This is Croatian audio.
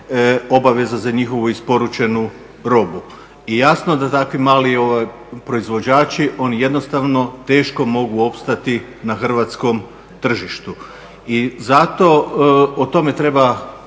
obaveza za njihovu isporučenu robu. I jasno da takvi mali proizvođači oni jednostavno teško mogu opstati na hrvatskom tržištu. O tome treba